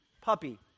puppy